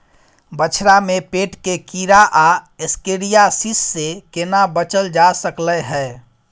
बछरा में पेट के कीरा आ एस्केरियासिस से केना बच ल जा सकलय है?